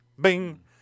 bing